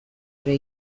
ere